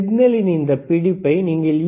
சிக்னலின் இந்த பிடிப்பை நீங்கள் யூ